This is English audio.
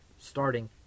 starting